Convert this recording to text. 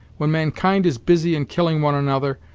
when mankind is busy in killing one another,